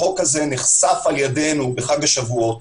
החוק הזה נחשף על ידינו בחג השבועות